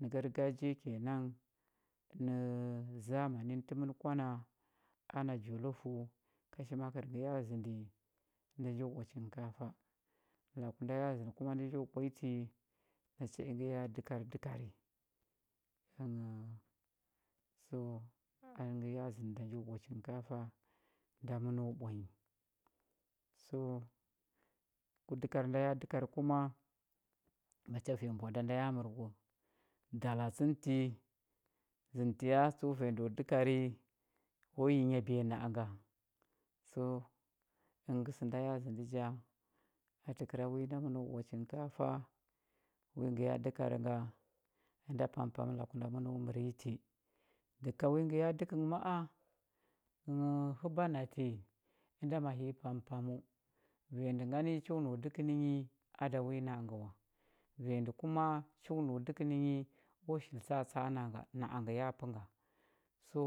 Nə gargajiya nə zamani nə təmən kwa na ana jolofəu kashi makər ngə ya zəndi ənda njo ɓwa chinkafa laku nda ya zəndə kuma nda njo ɓwa nyi kuama nacha ngə ya dəkar dəkari ənghəu so əngə ngə ya zəndə nda njo ɓwa chinkafa nacha nda məno ɓwa nyi so ku dəkar nda ya dəkar kuma macha vanya mbwa da nda ya mər dalatsə tə zəndətə ya tsəu vanya ndəo tso dəkari o yi nyabiya na a nga so əngə ngə sə nda ya zəndə ja a təkəra wi nda məno ɓwa chinkafa wi ngə ya dəkar nga ənda pampoam laku nda məno mər nyi ti dəhə ka wi ngə ya dəkə ngə ma a ənghəu həba na ti ənda mahi i pampaməu vanya ndə ngani ho nau dəkə nə yi a da wi na a ngə wa vanya ndə kuma cho nau dəkə nə yi o shili tsatsa a na nga na a ngə ya pə nga so